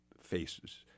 faces